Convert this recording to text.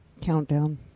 Countdown